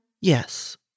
Yes